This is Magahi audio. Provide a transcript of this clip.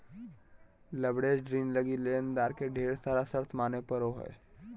लवरेज्ड ऋण लगी लेनदार के ढेर सारा शर्त माने पड़ो हय